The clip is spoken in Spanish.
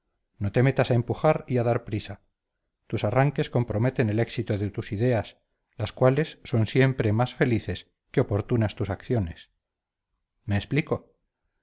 no te metas a empujar y a dar prisa tus arranques comprometen el éxito de tus ideas las cuales son siempre más felices que oportunas tus acciones me explico